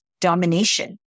domination